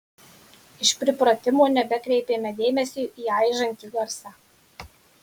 iš pripratimo nebekreipėme dėmesio į aižantį garsą